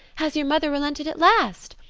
has your mother relented at last?